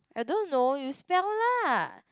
I don't know you spell lah